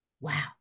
wow